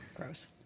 gross